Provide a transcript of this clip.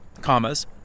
commas